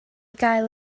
gael